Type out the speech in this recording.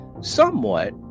somewhat